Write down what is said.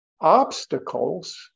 obstacles